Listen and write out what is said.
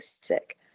sick